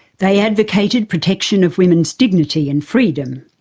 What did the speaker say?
they advocated protection of women's dignity and freedom.